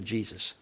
Jesus